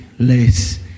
Less